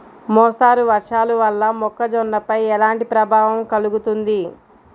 మోస్తరు వర్షాలు వల్ల మొక్కజొన్నపై ఎలాంటి ప్రభావం కలుగుతుంది?